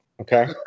Okay